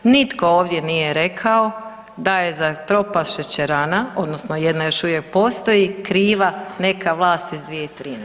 Nitko ovdje nije rekao da je za propast šećerana odnosno jedna još uvijek postoji kriva neka vlast iz 2013.